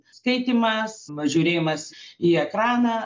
skaitymas va žiūrėjimas į ekraną